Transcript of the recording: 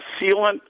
sealant